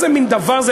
איזה מין דבר זה,